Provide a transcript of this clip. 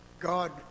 God